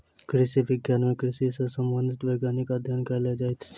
कृषि विज्ञान मे कृषि सॅ संबंधित वैज्ञानिक अध्ययन कयल जाइत छै